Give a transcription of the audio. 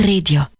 Radio